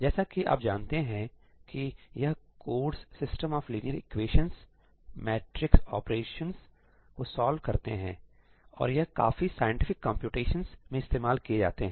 जैसा कि आप जानते हैं कि यह codes system of linear equations matrix operation को सॉल्व करते हैं और यह काफी साइंटिफिक कंप्यूटेशंस में इस्तेमाल किए जाते हैं